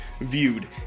viewed